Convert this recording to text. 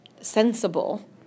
sensible